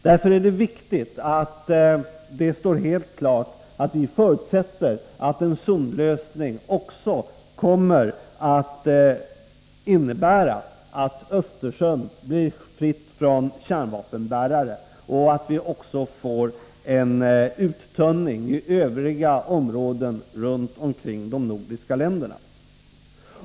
Därför är det viktigt att det står helt klart att vi förutsätter att en zonlösning kommer att innebära att också Östersjön blir fri från kärnvapenbärare liksom också de övriga områdena omkring de nordiska länderna.